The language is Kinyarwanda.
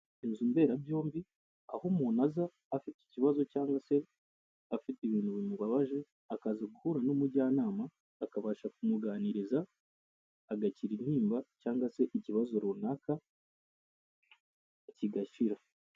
Inzu mberabyombi, aho umuntu aza afite ikibazo cyangwa se afite ibintu bimubabaje, akaza guhura n'umujyanama akabasha kumuganiriza, agakira intimba cyangwa se ikibazo runaka kigashira.